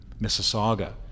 Mississauga